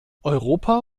europa